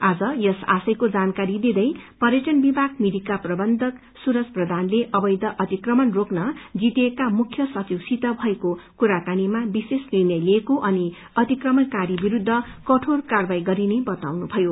आज यस आशयको जानकारी दिंदै पर्यटन विभाग मिरिकका प्रबन्धक सूरज प्रधानले अवैध अतिकमण रोक्न जीटीए का मुख्य सचिवसित भएको कुराकानीमा विशेष निर्णय लिएको अनि अतिक्रमणकारी विरूद्व कठोर कार्यवाही गरिने बताउनुभयो